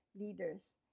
leaders